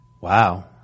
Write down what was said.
wow